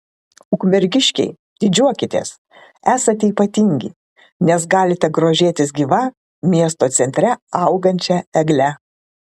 ukmergiškiai didžiuokitės esate ypatingi nes galite grožėtis gyva miesto centre augančia egle